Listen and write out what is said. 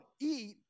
eat